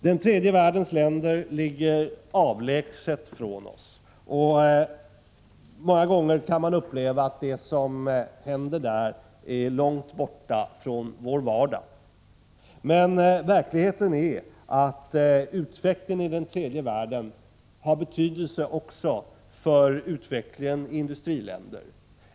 Den tredje världens länder ligger avlägset från oss, och många gånger kan man uppleva att det som händer där är långt borta från vår vardag. Men utvecklingen i den tredje världen har i själva verket betydelse också för utvecklingen i industriländer.